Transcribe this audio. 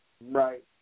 Right